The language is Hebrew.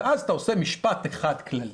ואז אתה עושה משפט אחד כללי,